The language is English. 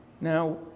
Now